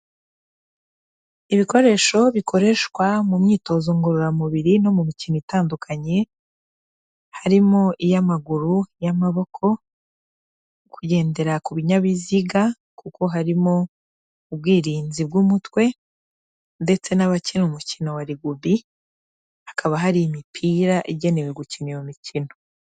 Ibikoresho bikoreshwa mu myitozo ngororamubiri no mu mikino itandukanye, harimo iy'amaguru, iy'amaboko, kugendera ku binyabiziga kuko harimo ubwirinzi bw'umutwe, ndetse n'abakina umukino wa rugubi, hakaba hari imipira igenewe gukina iyo mikino.